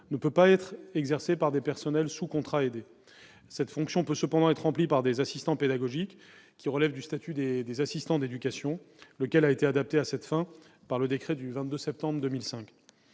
ne peut pas être exercée par des personnels sous contrat aidé ; elle peut cependant être remplie par des assistants pédagogiques, lesquels relèvent du statut des assistants d'éducation qui a été adapté à cette fin par le décret du 22 septembre 2005.